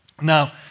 Now